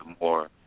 more